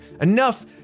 enough